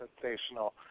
sensational